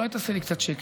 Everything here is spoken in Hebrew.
אולי תעשה לי קצת שקט,